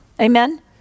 Amen